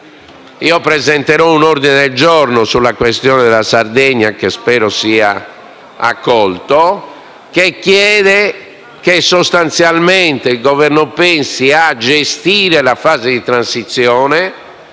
che presenterò un ordine del giorno sulla questione della Sardegna, che spero sia accolto; con tale ordine del giorno si chiede che sostanzialmente il Governo pensi a gestire la fase di transizione,